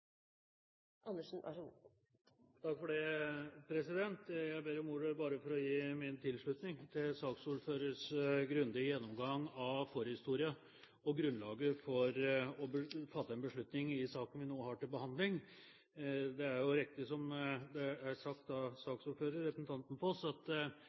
Andersen får ordet, vil presidenten gjøre oppmerksom på at datasystemet for øyeblikket ikke fungerer. Det vil si at vi heller ikke har taletid, og at vi kjører manuell taleliste. Jeg ba om ordet bare for å gi min tilslutning til saksordførerens grundige gjennomgang av forhistorien og grunnlaget for å fatte en beslutning i saken vi nå har til behandling. Det er